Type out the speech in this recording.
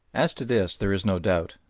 as to this there is no doubt.